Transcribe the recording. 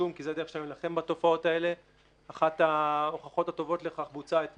זאת שורה של חקיקה שאנחנו יכולים לעשות עם אותו צוות תוך זמן